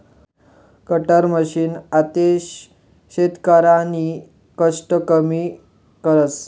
cutter machine आते शेतकरीना कष्ट कमी करस